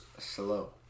Slow